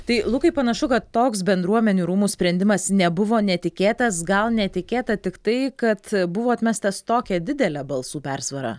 tai lukai panašu kad toks bendruomenių rūmų sprendimas nebuvo netikėtas gal netikėta tik tai kad buvo atmestas tokia didele balsų persvara